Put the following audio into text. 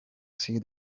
see